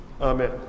amen